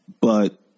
But-